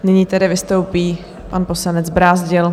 Nyní tedy vystoupí pan poslanec Brázdil.